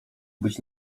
być